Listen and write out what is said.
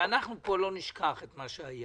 שאנחנו פה לא נשכח את מה שהיה.